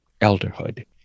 elderhood